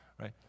right